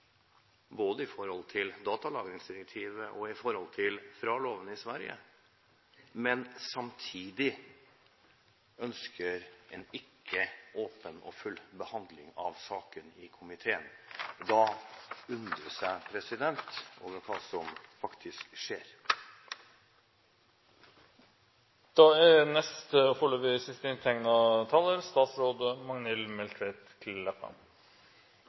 både til datalagringsdirektivet og FRA-loven i Sverige, men samtidig ikke ønsker en åpen og full behandling av saken i komiteen. Da undres jeg over hva som faktisk skjer. Det er